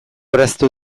erraztu